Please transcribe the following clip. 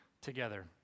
together